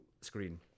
screen